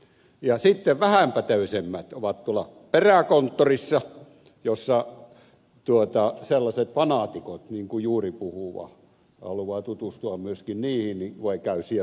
ja sitten vähäpätöisemmät ovat tuolla peräkonttorissa josta sellaiset fanaatikot kuin juuri puhuva jos haluavat tutustua myöskin niihin käyvät ne noutamassa